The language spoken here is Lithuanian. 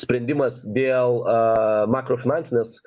sprendimas dėl a makro finansinės